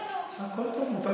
כאן